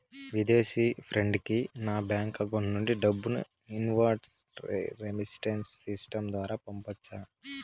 విదేశీ ఫ్రెండ్ కి నా బ్యాంకు అకౌంట్ నుండి డబ్బును ఇన్వార్డ్ రెమిట్టెన్స్ సిస్టం ద్వారా పంపొచ్చా?